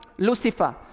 Lucifer